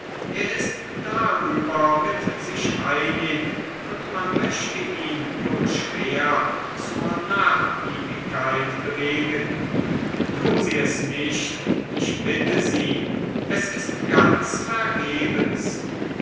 er ist darüber mit sich einig und man möchte ihn wohl schwer zur nachgiebigkeit bewegen tun sie es nicht ich bitte sie es ist ganz vergebens